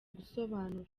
gusobanura